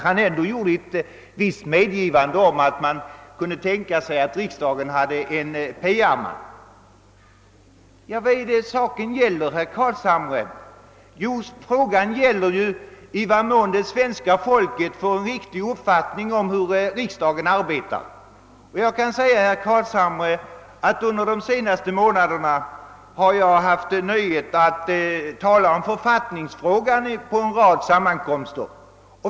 Han gjorde ändå ett visst medgivande, att han kunde tänka sig att riksdagen hade en PR-man. Vad är det saken gäller, herr Carlshamre? Jo, i vad mån det svenska folket får en riktig uppfattning om hur riksdagen arbetar. Jag kan säga herr Carlshamre, att under de senaste månaderna har jag haft nöjet att tala om författningsfrågan vid en rad sammankomster.